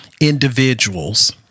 individuals